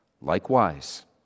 Likewise